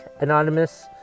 anonymous